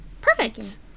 perfect